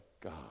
God